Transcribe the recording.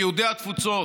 מיהודי התפוצות,